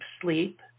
sleep